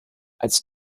als